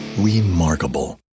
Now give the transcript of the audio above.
Remarkable